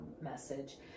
message